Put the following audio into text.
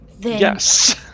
yes